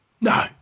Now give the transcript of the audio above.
No